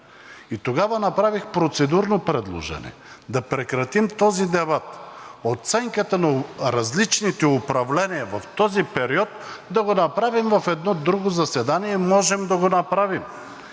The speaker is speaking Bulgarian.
И тогава направих процедурно предложение да прекратим този дебат. Оценката на различните управления в този период да го направим в едно друго заседание и можем да го направим